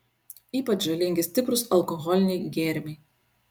ypač žalingi stiprūs alkoholiniai gėrimai